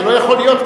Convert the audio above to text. זה לא יכול להיות,